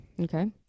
okay